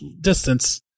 distance